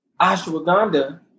ashwagandha